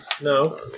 no